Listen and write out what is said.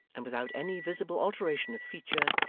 and without any visible alteration of feature,